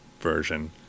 version